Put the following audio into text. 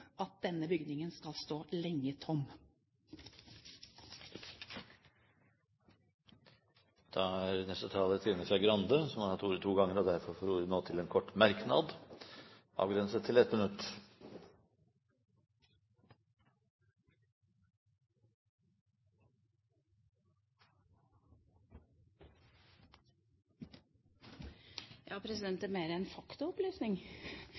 at denne bygningen skal stå lenge tom. Representanten Trine Skei Grande har hatt ordet to ganger og får ordet til en kort merknad, avgrenset til 1 minutt. Det er mer en faktaopplysning.